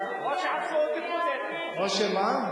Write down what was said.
או שעצמאות, או שמה?